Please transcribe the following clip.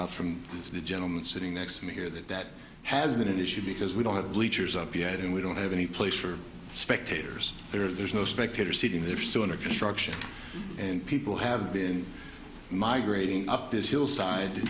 out from the gentleman sitting next to me here that that has been an issue because we don't have bleachers up yet and we don't have any place for spectators there's no spectators sitting there so under construction and people have been migrating up this hill side